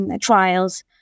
trials